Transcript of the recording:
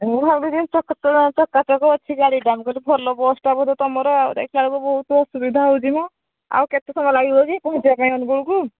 ମୁଁ ଭାବିଲି ଚକାଚକ ଅଛି ଗାଡ଼ିଟା ମୁଁ କହିଲି ଭଲ ବସ୍ଟା ବୋଧେ ତୁମର ଆଉ ଦେଖିଲା ବେଳକୁ ବହୁତ ଅସୁବିଧା ହେଉଛି ମଁ ଆଉ କେତେ ସମୟ ଲାଗିବ କି ପହଁଞ୍ଚିବା ପାଇଁ ଅନୁଗୁଳକୁ